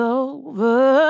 over